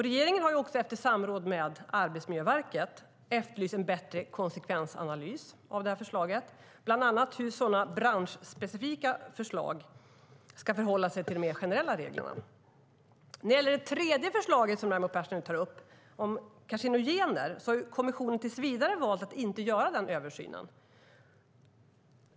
Regeringen har efter samråd med Arbetsmiljöverket efterlyst en bättre konsekvensanalys av förslaget, bland annat hur branschspecifika förslag ska förhålla sig till de mer generella reglerna. När det gäller det tredje förslaget Raimo Pärssinen tar upp, om karcinogener, har kommissionen tills vidare valt att inte göra en översyn.